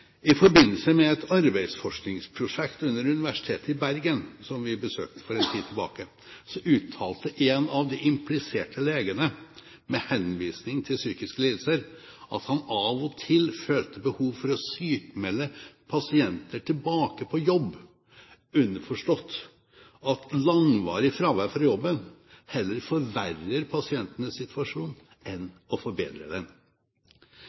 i Norge i dag. I forbindelse med et arbeidsforskningsprosjekt ved Universitetet i Bergen, som vi besøkte for en tid tilbake, uttalte en av de impliserte legene, med henvisning til psykiske lidelser, at han av og til følte behov for å sykmelde pasienter tilbake på jobb, underforstått at langvarig fravær fra jobben heller forverrer pasientenes situasjon, enn å forbedre den.